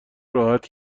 راحت